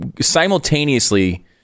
simultaneously